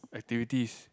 activities